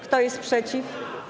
Kto jest przeciw?